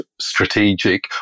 strategic